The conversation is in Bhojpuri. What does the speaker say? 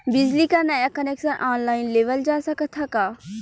बिजली क नया कनेक्शन ऑनलाइन लेवल जा सकत ह का?